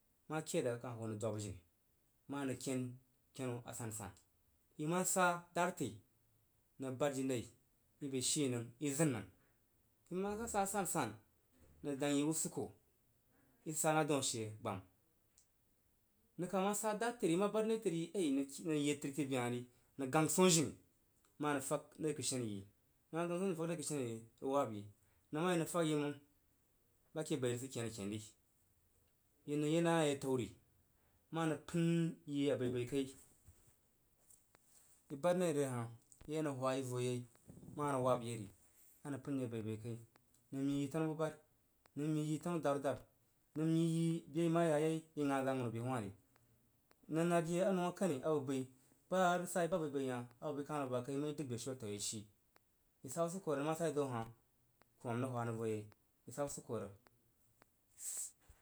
Ma ked rəg aku hoo nəng dwab a jini ma anəng ken kenu a asansan. I ma sa dad təri ma anəng pad yi lai i bəi shi nəng izən nəng ima kah sa asansan nəng yi usuko nəng sid sa na dau ashe gbami nəng kah ma sa dad təri i ma bad nai təri iyi ai nəng yed təri ke behah ri nəng gang swoh jini ma a nəng tag na kəsheniyi nəng ma gang swoh jino n fag nəi kəsheni yi rəg wab yi nəng ma yi nəng fasyi məng bake bai rəg ke aken ni i nəng yi na yi ataori ma anəng pən yi abai bai kai i bad naire hah i ma nəng wab ye ri ma anəng pənyi abaibai kai. Nəng mii yi tanu bubari nəng mii yi tanu daru dabi nəng mii yi be ima yaye ighan zəg awunu abe wahri nəng nad yi anonkani abəg bəiba rəg sa yi ba bai bai hah abəg kan hoo ba kai məng i dəg be shin atoo ishi. I sa usuko rəg nəng ma sa yi daun ahah irəg dəg beshin atao n rəg shi isa usuko rəg.